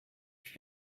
ich